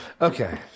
Okay